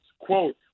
quote